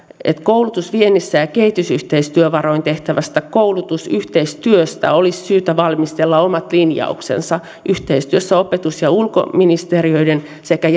että koulutusviennistä ja kehitysyhteistyövaroin tehtävästä koulutusyhteistyöstä olisi syytä valmistella omat linjauksensa yhteistyössä opetus ja ulkoministeriöiden sekä